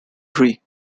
tree